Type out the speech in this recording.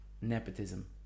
nepotism